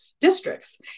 districts